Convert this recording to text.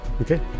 Okay